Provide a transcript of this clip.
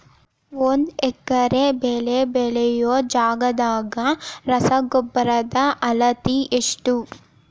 ಒಂದ್ ಎಕರೆ ಬೆಳೆ ಬೆಳಿಯೋ ಜಗದಾಗ ರಸಗೊಬ್ಬರದ ಅಳತಿ ಎಷ್ಟು?